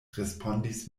respondis